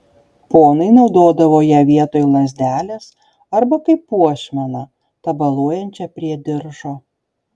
ponai naudodavo ją vietoj lazdelės arba kaip puošmeną tabaluojančią prie diržo